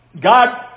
God